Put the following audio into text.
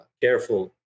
careful